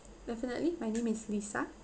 definitely my name is lisa